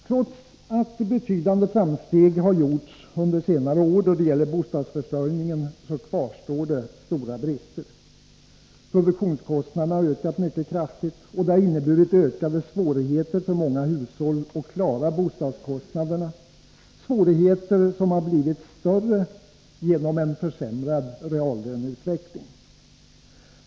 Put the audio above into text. Trots att betydande framsteg har gjorts under senare år då det gäller bostadsförsörjningen kvarstår det stora brister. Produktionskostnaderna har ökat mycket kraftigt, och det har inneburit ökade svårigheter för många hushåll att klara bostadskostnaderna — svårigheter som blivit större på grund 15 av en försämring av reallöneutvecklingen.